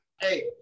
Hey